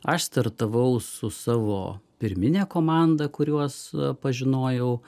aš startavau su savo pirmine komanda kuriuos pažinojau